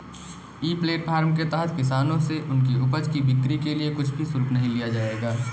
ई platform के तहत किसानों से उनकी उपज की बिक्री के लिए कुछ भी शुल्क नहीं लिया जाएगा